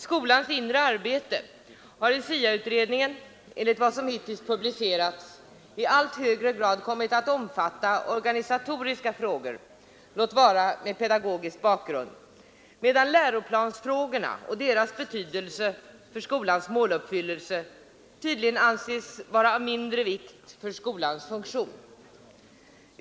”Skolans inre arbete” har i SIA-utredningen, enligt vad som hittills publicerats, i allt högre grad kommit att omfatta organisatoriska frågor, låt vara med pedagogisk bakgrund, medan läroplansfrågorna och deras betydelse för skolans måluppfyllelse tydligen anses vara av mindre vikt för skolans funktion.